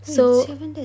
wait seven that's